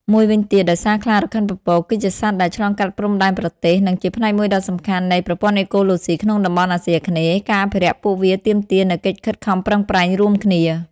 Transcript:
មួយវិញទៀត ដោយសារខ្លារខិនពពក គឺជាសត្វដែល ឆ្លងកាត់ព្រំដែនប្រទេស និងជាផ្នែកមួយដ៏សំខាន់នៃ ប្រព័ន្ធអេកូឡូស៊ីក្នុងតំបន់អាស៊ីអាគ្នេយ៍ ការអភិរក្សពួកវាទាមទារនូវកិច្ចខិតខំប្រឹងប្រែងរួមគ្នា។